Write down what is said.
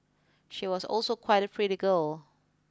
she was also quite a pretty girl